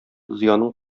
зыяның